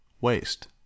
waste